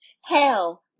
Hell